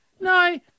No